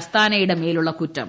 അസ്താനയുടെ മേലുള്ള കുറ്റം